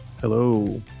Hello